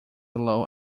low